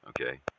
Okay